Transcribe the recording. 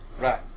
Right